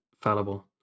fallible